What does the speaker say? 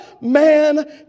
man